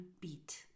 beat